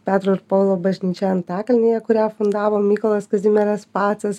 petro ir povilo bažnyčia antakalnyje kurią fundavo mykolas kazimieras pacas